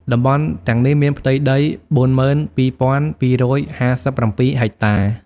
តំបន់ទាំងនេះមានផ្ទៃដី ៤២,២៥៧ ហិកតា។